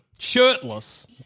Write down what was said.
Shirtless